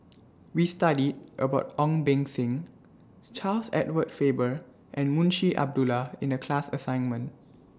We studied about Ong Beng Seng Charles Edward Faber and Munshi Abdullah in The class assignment